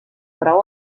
prou